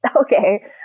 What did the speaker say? Okay